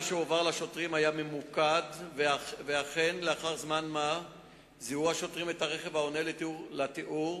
מה היתה הסיבה לעצירת התנועה?